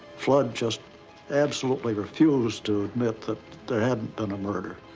flood just absolutely refused to admit that there hadn't been a murder.